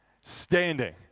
standing